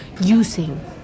using